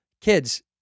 kids